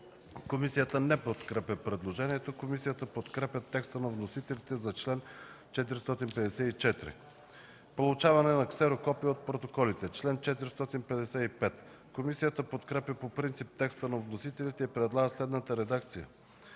Комисията не подкрепя предложението. Комисията подкрепя текста на вносителите за чл. 454. „Получаване на ксерокопие от протоколите”, чл. 455. Комисията подкрепя по принцип текста на вносителите и предлага следната редакция